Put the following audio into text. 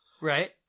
Right